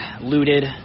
looted